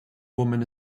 woman